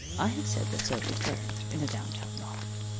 i have said that sophy clerked in a downtown loft.